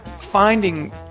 finding